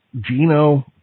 Gino